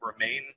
remain